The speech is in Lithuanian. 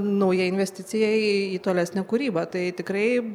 nauja investicija į tolesnę kūrybą tai tikrai